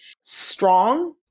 strong